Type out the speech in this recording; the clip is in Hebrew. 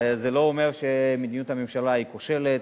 וזה לא אומר שמדיניות הממשלה כושלת.